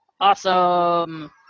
Awesome